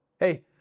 Hey